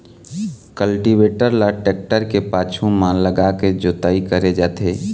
cultivator ल tractor के पाछू म लगाके जोतई करे जाथे